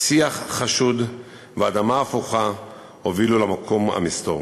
שיח חשוד ואדמה הפוכה הובילו למקום המסתור.